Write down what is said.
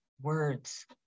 words